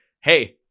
Hey